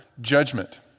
judgment